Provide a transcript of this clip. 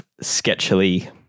sketchily